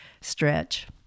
stretch